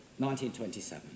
1927